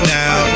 now